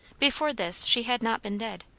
before this she had not been dead,